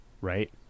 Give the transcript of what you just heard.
right